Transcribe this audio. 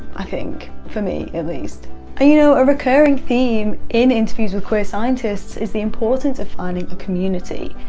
i think. for me at least. and ah you know a recurring theme in interviews with queer scientists is the importance of finding a community.